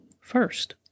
first